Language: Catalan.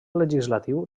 legislatiu